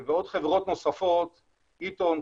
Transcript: עוד חברות נוספות כמו איטון,